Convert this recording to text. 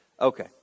Okay